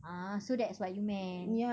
ah so that's what you meant